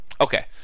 Okay